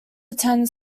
attend